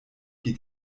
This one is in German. geht